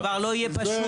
זה כבר לא יהיה פשוט.